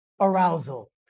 arousal